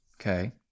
Okay